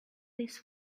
this